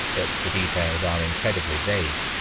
but the details are incredibly vague.